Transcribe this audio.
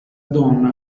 donna